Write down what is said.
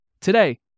today